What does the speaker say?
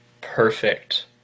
perfect